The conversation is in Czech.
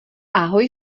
ahoj